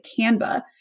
Canva